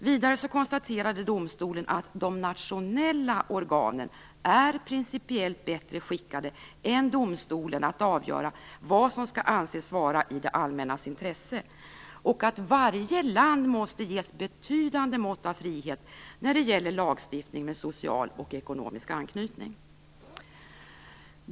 Vidare konstaterade domstolen att de nationella organen i princip är bättre skickade än domstolen att avgöra vad som skall anses vara i det allmännas intresse och att varje land måste ges betydande mått av frihet när det gäller lagstiftning med social och ekonomisk anknytning.